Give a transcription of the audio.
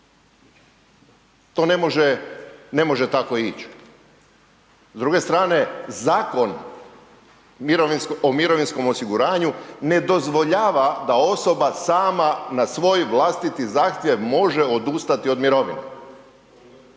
To ne može tako ići. S druge strane Zakon o mirovinskom osiguranju ne dozvoljava da osoba sama na svoj vlastiti zahtjev može odustati od mirovine.